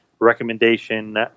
Recommendation